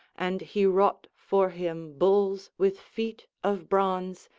and he wrought for him bulls with feet of bronze,